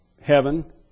heaven